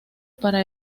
para